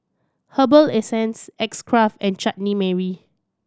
Herbal Essences X Craft and Chutney Mary